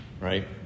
right